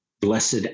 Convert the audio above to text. blessed